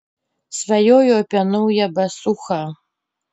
svajoju apie naują basūchą